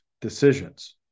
decisions